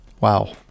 Wow